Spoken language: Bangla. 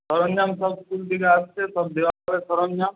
সরঞ্জাম সব স্কুল থেকে আসছে সব দেওয়া হবে সরঞ্জাম